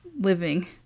living